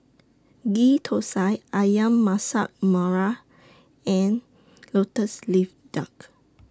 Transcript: Ghee Thosai Ayam Masak Merah and Lotus Leaf Duck